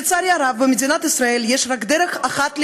לצערי הרב, במדינת ישראל יש רק דרך אחת להינשא,